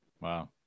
Wow